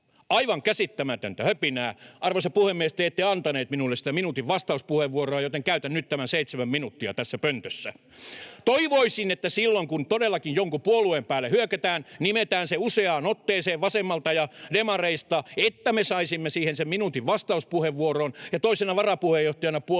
aivan käsittämätöntä höpinää. Arvoisa puhemies, te ette antanut minulle sitä minuutin vastauspuheenvuoroa, joten käytän nyt tämän seitsemän minuuttia tässä pöntössä. Toivoisin, että silloin, kun todellakin jonkun puolueen päälle hyökätään ja nimetään se useaan otteeseen vasemmalta ja demareista, niin me saisimme siihen sen minuutin vastauspuheenvuoron, jota puolueen toisena varapuheenjohtajana äänekkäästi pyysin.